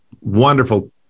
wonderful